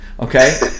Okay